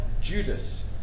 Judas